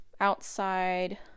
outside